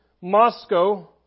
Moscow